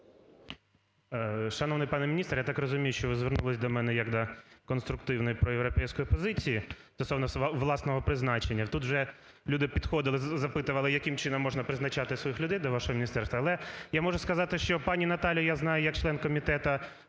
Шановний пане міністр, я так розумію, що ви звернулись до мене як до конструктивної проєвропейської позиції стосовно власного призначення. Тут вже люди підходили, запитували яким чином можна призначати своїх людей до вашого міністерства. Але я можу сказати, що пані Наталю я знаю як член комітету